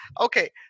Okay